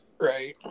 right